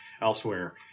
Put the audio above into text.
elsewhere